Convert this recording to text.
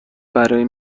برای